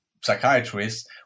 psychiatrists